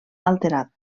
alterat